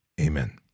Amen